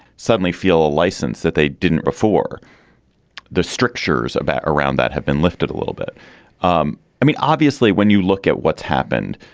suddenly feel a license that they didn't before the strictures about around that have been lifted a little bit um i mean, obviously, when you look at what's happened,